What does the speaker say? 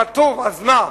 כתוב, אז מה?